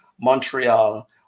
montreal